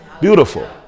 Beautiful